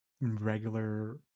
regular